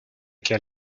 quel